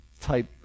type